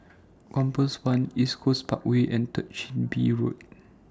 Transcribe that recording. Compass one East Coast Parkway and Third Chin Bee Road